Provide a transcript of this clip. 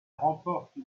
remporte